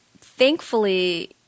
thankfully